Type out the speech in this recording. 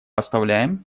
оставляем